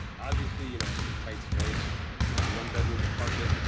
obviously, you know, it's a tight space. you know, a one-bedroom apartment.